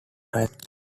times